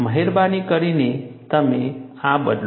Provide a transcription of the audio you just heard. મહેરબાની કરીને તમે આ બદલો